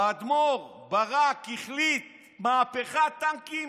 האדמו"ר ברק החליט על מהפכת טנקים,